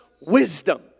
wisdom